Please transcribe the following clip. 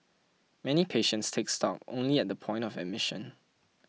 many patients take stock only at the point of admission